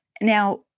now